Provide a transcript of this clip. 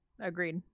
agreed